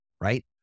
right